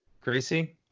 Gracie